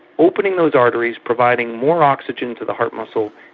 opening those arteries, providing more oxygen to the heart muscle,